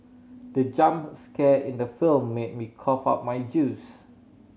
the jump scare in the film made me cough out my juice